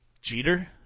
Jeter